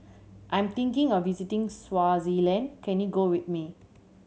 I am thinking of visiting Swaziland can you go with me